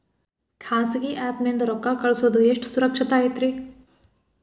ಖಾಸಗಿ ಆ್ಯಪ್ ನಿಂದ ರೊಕ್ಕ ಕಳ್ಸೋದು ಎಷ್ಟ ಸುರಕ್ಷತಾ ಐತ್ರಿ?